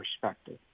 perspective